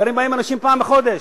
גרים בהן אנשים פעם בחודש.